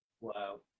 Wow